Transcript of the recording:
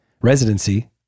residency